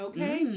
Okay